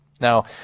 Now